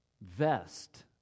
vest